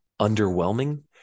underwhelming